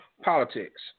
politics